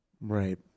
Right